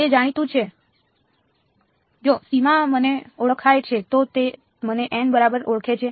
તે જાણીતું છે જો સીમા મને ઓળખાય છે તો તે મને બરાબર ઓળખે છે